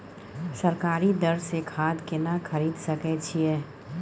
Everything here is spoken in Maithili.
सरकारी दर से खाद केना खरीद सकै छिये?